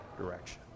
direction